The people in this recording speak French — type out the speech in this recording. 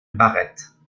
barrette